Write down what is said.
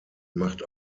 macht